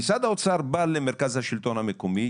משרד האוצר בא למרכז השלטון המקומי,